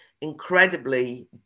incredibly